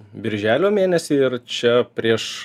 birželio mėnesį ir čia prieš